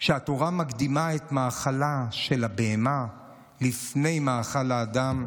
שהתורה מקדימה את מאכלה של הבהמה לפני מאכל האדם?